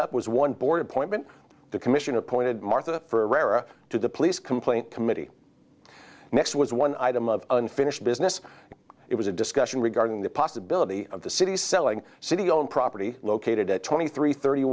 up was one board appointment the commission appointed martha for a to the police complaint committee next was one item of unfinished business it was a discussion regarding the possibility of the city selling city owned property located at twenty three thirty